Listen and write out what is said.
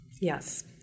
Yes